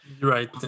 Right